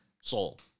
sold